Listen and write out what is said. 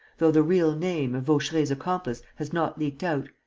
though the real name of vaucheray's accomplice has not leaked out,